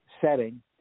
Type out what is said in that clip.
setting